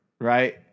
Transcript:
right